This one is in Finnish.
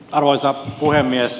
arvoisa puhemies